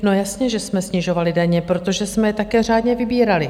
No jasně, že jsme snižovali daně, protože jsme je také řádně vybírali.